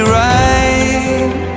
right